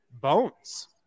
bones